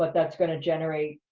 but that's gonna generate